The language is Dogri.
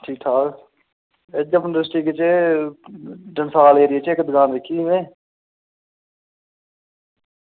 ठीक ठाक एह् जम्मू डिस्ट्रिक च डनसाल एरिये च इक दकान ही दिक्खी में